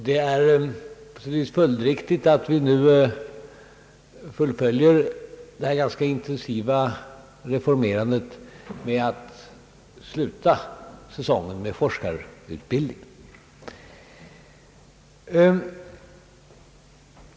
Det är konsekvent att vi nu fullföljer detta ganska intensiva reformerande med att sluta säsongen med forskarutbildningen.